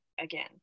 again